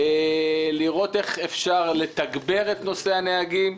לראות איך אפשר לתגבר את הנהגים.